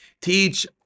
teach